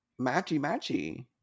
matchy-matchy